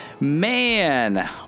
Man